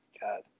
God